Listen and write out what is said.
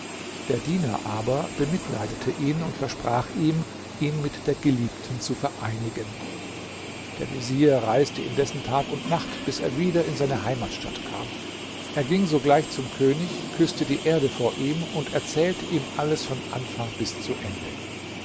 der diener aber bemitleidete ihn und versprach ihm ihn mit der geliebten zu vereinigen der vezier reiste indessen tag und nacht bis er wieder in seine heimatstadt kam er ging sogleich zum könig küßte die erde vor ihm und erzählte ihm alles von anfang bis zu ende